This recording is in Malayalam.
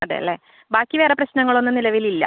അതെ അല്ലേ ബാക്കി വേറെ പ്രശ്നങ്ങളൊന്നും നിലവിലില്ല